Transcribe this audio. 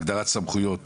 הגדרת סמכויות